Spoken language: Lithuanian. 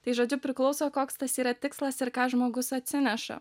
tai žodžiu priklauso koks tas yra tikslas ir ką žmogus atsineša